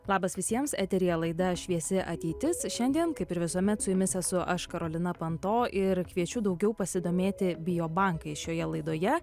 labas visiems eteryje laida šviesi ateitis šiandien kaip ir visuomet su jumis esu aš karolina panto ir kviečiu daugiau pasidomėti bio bankais šioje laidoje